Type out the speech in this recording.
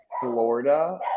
Florida